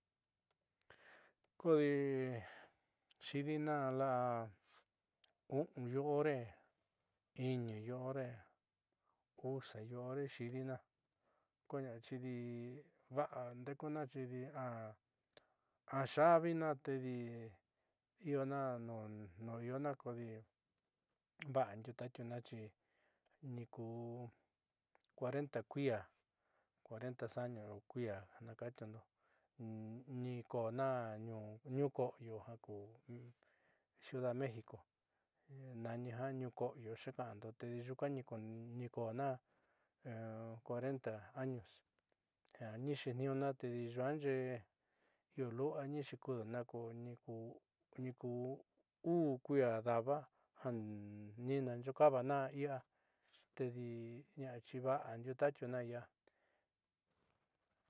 Kodi xi'idina la'a u'un yuu hore, iñu yuu hore usa yuu hore xi'idina kodi ña'a chiidi va'a nde'ekuna a ya'avina tedi iona nuu iona kodi va'a ndiuutótiuna chi niikuu cuarenta kui cuarenta año kui'ia ja naka'antiundo nikoona ñuu ko'oyo jaku ciudad de méxico mani ja ñuoko'oyo yuuka'ando tedi nyuuka nikoona cuarenta años jani xeetniiñuna tedi yuaaxee io lu'ua ni xuukuuduna ko ni ku u'u kui'a daba jani xooka'avana i'ia tedi ña'axi va'a ndiuutaatiuna i'ia.